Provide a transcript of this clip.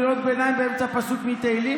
את קוראת לי קריאות ביניים באמצע פסוק מתהילים?